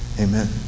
Amen